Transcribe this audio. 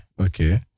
Okay